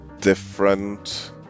different